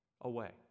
away